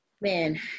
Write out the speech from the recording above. man